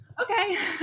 Okay